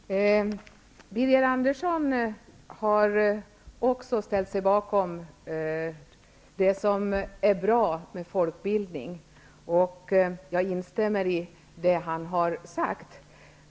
Fru talman! Birger Andersson har också ställt sig bakom det som är bra med folkbildning, och jag instämmer i det han har sagt.